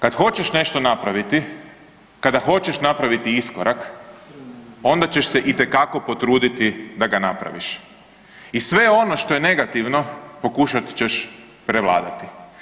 Kad hoćeš nešto napraviti, kada hoćeš napraviti iskorak, onda ćeš se itekako potruditi da ga napraviš i sve ono što je negativno pokušat ćeš prevladati.